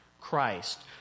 Christ